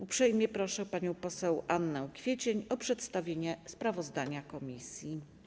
Uprzejmie proszę panią poseł Annę Kwiecień o przedstawienie sprawozdania komisji.